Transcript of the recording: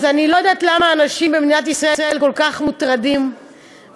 אז אני לא יודעת למה אנשים במדינת ישראל כל כך מוטרדים מכך,